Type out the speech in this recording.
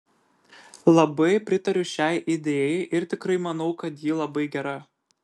labai pritariu šiai idėjai ir tikrai manau kad ji labai gera